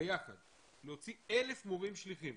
ביחד להוציא 1,000 מורים שליחים